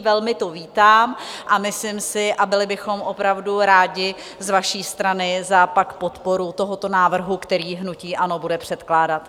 Velmi to vítám a byli bychom opravdu rádi z vaší strany za podporu tohoto návrhu, který hnutí ANO bude předkládat.